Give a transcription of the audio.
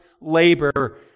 labor